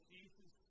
Jesus